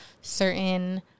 certain